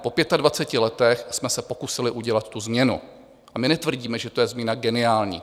Po 25 letech jsme se pokusili udělat tu změnu, a my netvrdíme, že to je změna geniální.